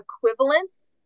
equivalence